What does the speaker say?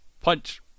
Punch